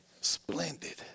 splendid